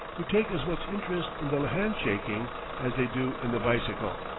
who take as much interest in the hand-shaking as they do in the bicycle.